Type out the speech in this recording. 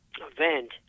event